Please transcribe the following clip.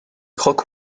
croque